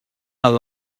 our